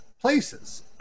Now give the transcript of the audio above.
places